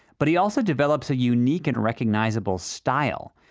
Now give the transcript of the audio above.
but he also develops a unique and recognizable style.